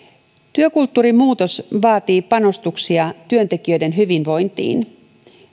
työkulttuurin muutos vaatii panostuksia työntekijöiden hyvinvointiin